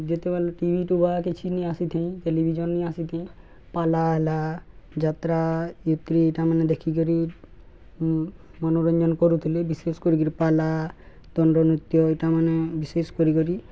ଯେତେବେଲେ ଟିଭିଟୁଭା କିଛି ନେଇ ଆସିଥାଏଁ ଟେଲିଭିଜନ୍ ନାଇଁ ଆସିଥାଇ ପାଲା ଆଇଲା ଯାତ୍ରା ୟତ୍ରି ଏଇଟା ମାନେେ ଦେଖିକିରି ମନୋରଞ୍ଜନ କରୁଥିଲେ ବିଶେଷ କରିକିରି ପାଲା ଦଣ୍ଡ ନୃତ୍ୟ ଏଇଟା ମାନେେ ବିଶେଷ କରିକରି